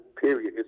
period